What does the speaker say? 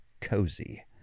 cozy